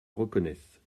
reconnaissent